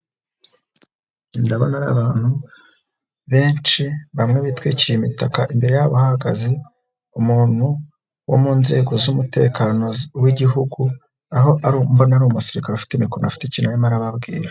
Ndabona ari abantu benshi bamwe bitwikiye imitaka, imbere yabo hahagaze umuntu wo mu nzego z'umutekano w'Igihugu, aho mbona ari umusirikare ufite imikoro afite ikintu arimo arababwira.